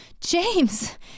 James